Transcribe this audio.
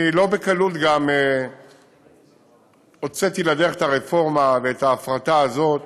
אני לא בקלות גם הוצאתי לדרך את הרפורמה ואת ההפרטה הזאת.